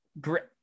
great